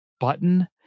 button